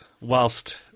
whilst